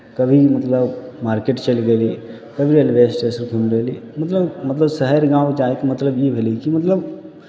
कभी मतलब मार्केट चलि गेली कभी रेलवे स्टेशन घूमि लेली मतलब मतलब शहर गाँव जायके मतलब ई भेलै कि मतलब